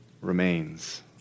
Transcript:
remains